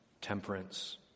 temperance